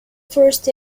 first